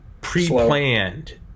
pre-planned